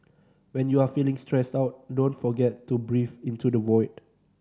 when you are feeling stressed out don't forget to breathe into the void